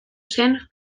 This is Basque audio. zen